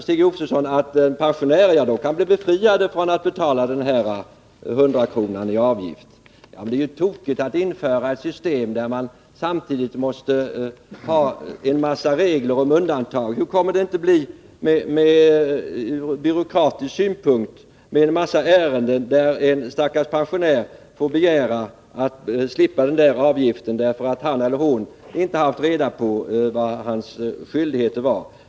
Stig Josefson sade att pensionärer kan bli befriade från att betala den föreslagna hundrakronan i avgift. Men det är ju tokigt att införa ett system med en mängd regler om undantag! Vilken byråkrati kommer det inte att bli med en mängd ärenden där en stackars pensionär begär att få slippa avgiften för att han eller hon inte haft reda på vilken hans eller hennes skyldigheter var!